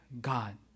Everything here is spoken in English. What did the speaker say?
God